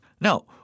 Now